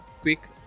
quick